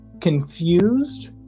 confused